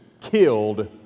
killed